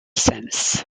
sense